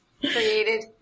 created